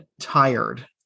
tired